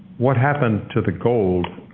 what happened to the gold?